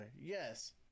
Yes